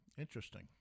interesting